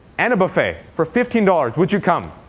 and a buffet for fifteen dollars. would you come?